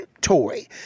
toy